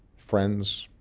friends,